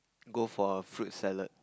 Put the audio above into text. go for a fruit salad